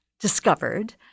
discovered